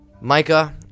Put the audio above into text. Micah